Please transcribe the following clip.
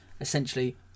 essentially